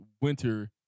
winter